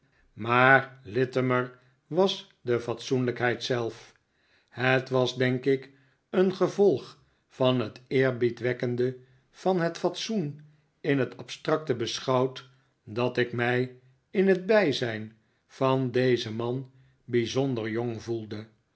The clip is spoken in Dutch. maar littimer was de fatsoenlijkheid zelf het was denk ik een gevolg van het eerbiedwekkende van het fatsoen in het abstracte beschouwd dat ik mij in het bijzijn van dezen man bijzonder jong voelde